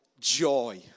joy